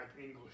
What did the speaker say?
English